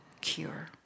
cure